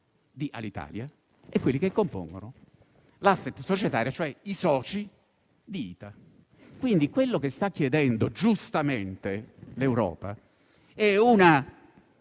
di Alitalia e quelli che compongono l'*asset* societario (cioè i soci) di ITA. Quello che dunque sta chiedendo giustamente l'Europa è una